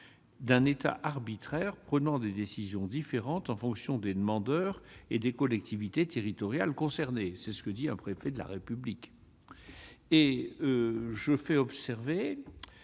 d'un État arbitraire prenant des décisions différentes en fonction des demandeurs et des collectivités territoriales concernées. » C'est ce que dit un préfet de la République ! Je fais également